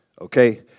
Okay